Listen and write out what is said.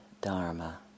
Dharma